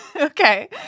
Okay